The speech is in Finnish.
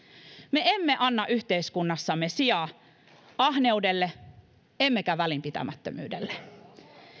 me emme anna yhteiskunnassamme sijaa ahneudelle emmekä välinpitämättömyydelle